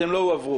הם לא הועברו.